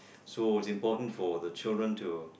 so it is important for the children to